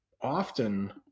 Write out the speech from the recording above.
often